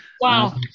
wow